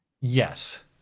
Yes